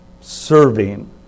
Serving